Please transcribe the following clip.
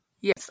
Yes